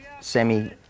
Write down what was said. Semi